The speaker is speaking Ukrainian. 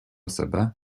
себе